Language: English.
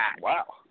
Wow